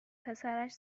پسرش